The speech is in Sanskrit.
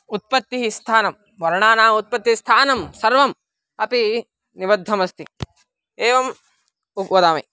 उत्पत्तिः स्थानं वर्णानाम् उत्पत्तिस्थानं सर्वम् अपि निबद्धमस्ति एवं व् वदामि